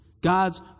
God's